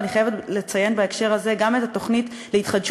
ואני חייבת לציין בהקשר הזה גם את התוכנית להתחדשות